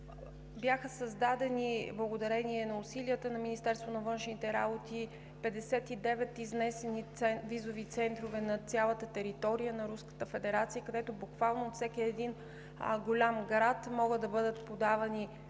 Бяха създадени, благодарение на усилията на Министерството на външните работи, 59 изнесени визови центрове на цялата територия на Руската Федерация, където буквално от всеки голям град могат да бъдат подавани